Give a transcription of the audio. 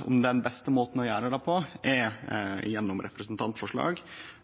om den beste måten å gjere det på er gjennom representantforslag,